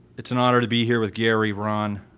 it's an honor to be here with gary, ron,